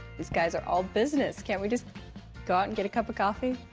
these guys are all business. can't we just go out and get a cup of coffee?